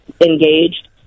engaged